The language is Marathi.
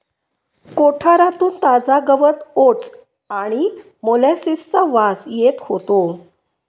कोठारातून ताजा गवत ओट्स आणि मोलॅसिसचा वास येत होतो